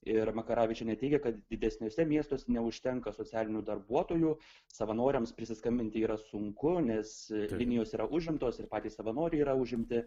ir makaravičienė teigia kad didesniuose miestuose neužtenka socialinių darbuotojų savanoriams prisiskambinti yra sunku nes linijos yra užimtos ir patys savanoriai yra užimti